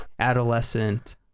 adolescent